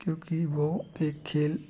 क्योंकि वह एक खेल